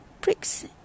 Pricks